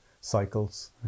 cycles